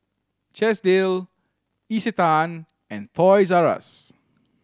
Chesdale Isetan and Toys R Us